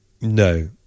No